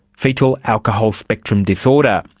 fetal alcohol spectrum disorder.